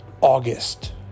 August